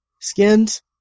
skins